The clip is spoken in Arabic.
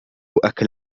أكل